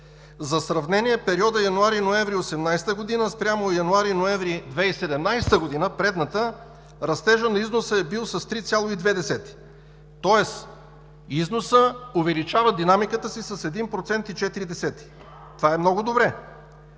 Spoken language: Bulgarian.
За сравнение периодът януари-ноември 2018 г. спрямо януари-ноември 2017 г. – предната, растежът на износа е бил с 3,2%. Тоест износът увеличава динамиката си с 1,4%. Това е много добре.